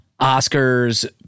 Oscars